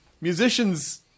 musicians